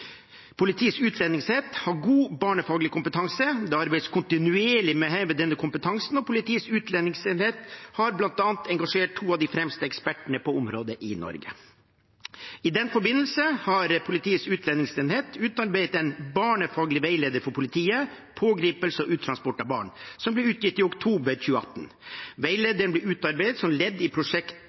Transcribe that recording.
Politiets utlendingsenhet har god barnefaglig kompetanse. Det arbeides kontinuerlig med å heve denne kompetansen, og Politiets utlendingsenhet har bl.a. engasjert to av de fremste ekspertene på området i Norge. I den forbindelse har Politiets utlendingsenhet utarbeidet en barnefaglig veileder for politiet, Pågripelse og uttransport av barn, som ble utgitt i oktober 2018. Veilederen ble utarbeidet som et ledd i Prosjekt